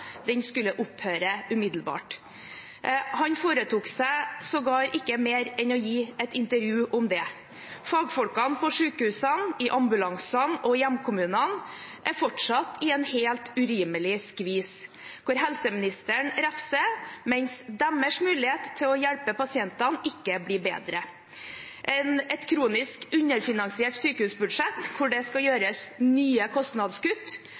skulle opphøre umiddelbart. Han foretok seg likevel ikke mer enn å gi et intervju om det. Fagfolkene på sykehusene, i ambulansene og i hjemkommunene er fortsatt i en helt urimelig skvis, der helseministeren refser, mens deres mulighet til å hjelpe pasientene ikke blir bedre. Et kronisk underfinansiert sykehusbudsjett der det skal gjøres nye kostnadskutt,